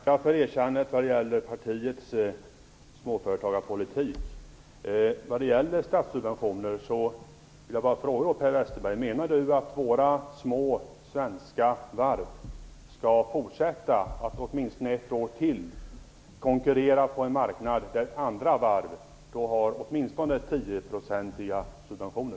Herr talman! Jag tackar för erkännandet vad gäller partiets småföretagarpolitik. Westerberg om han menar att våra små svenska varv skall få fortsätta att åtminstone ett år till konkurrera på en marknad, där andra varv har minst tioprocentiga subventioner.